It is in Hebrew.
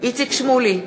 איציק שמולי,